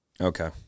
Okay